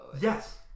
Yes